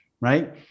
Right